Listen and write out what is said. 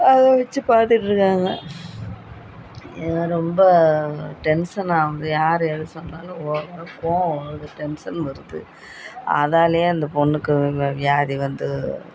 அதை வச்சு பார்த்துக்கிட்டு இருக்காங்க ஏதோ ரொம்ப டென்சனாகுது யார் எது சொன்னாலும் ஓவராக கோபம் வருது டென்சன் வருது அதாலேயே அந்த பொண்ணுக்கு வ வியாதி வந்தது